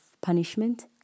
punishment